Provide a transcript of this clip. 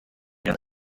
have